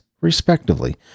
respectively